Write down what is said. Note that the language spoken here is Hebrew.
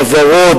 חברות,